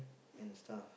and stuff